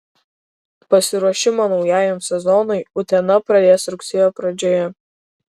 pasiruošimą naujajam sezonui utena pradės rugsėjo pradžioje